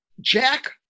Jack